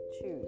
choose